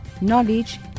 knowledge